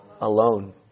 alone